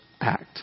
act